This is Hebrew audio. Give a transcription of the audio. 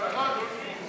משרד ראש הממשלה,